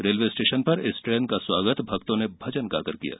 railway station पर इस train का स्वागत भक्तों ने भजन गाकर किया गया